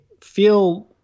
feel